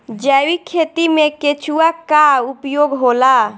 जैविक खेती मे केचुआ का उपयोग होला?